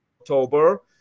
October